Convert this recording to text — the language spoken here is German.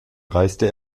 reiste